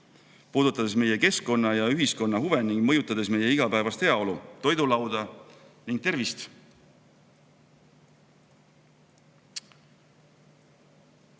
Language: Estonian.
puudutades meie keskkonna ja ühiskonna huve ning mõjutades meie igapäevast heaolu, toidulauda ja tervist.